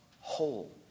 whole